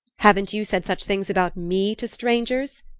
haven't you said such things about me to strangers?